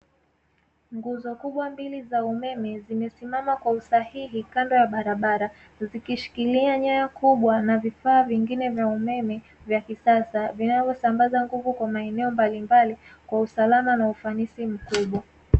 Nguzo kubwa mbili za umeme, zimesimama kwa usahihi kando ya barabara, zikishikilia nyaya kubwa na vifaa vingine vya umeme vya kisasa, vinavyosambaza nguvu kwa maeneo mbalimbali kwa usalama na ufanisi mkubwa.